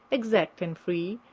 exact and free,